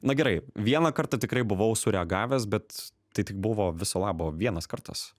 na gerai vieną kartą tikrai buvau sureagavęs bet tai tik buvo viso labo vienas kartas